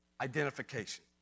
Identification